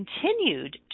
continued